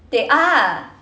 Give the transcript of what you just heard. they are